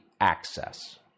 access